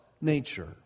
nature